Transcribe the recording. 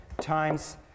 times